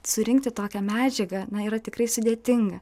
surinkti tokią medžiagą na yra tikrai sudėtinga